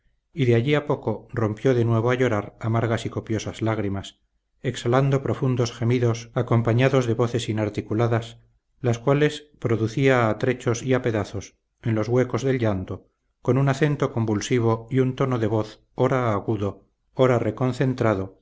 y de allí a poco rompió de nuevo a llorar amargas y copiosas lágrimas exhalando profundos gemidos acompañados de voces inarticuladas las cuales producía a trechos y a pedazos en los huecos del llanto con un acento convulsivo y un tono de voz ora agudo ora reconcentrado